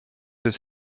des